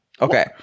Okay